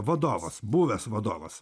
vadovas buvęs vadovas